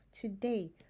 Today